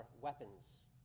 weapons